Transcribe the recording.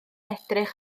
edrych